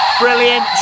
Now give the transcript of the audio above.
Brilliant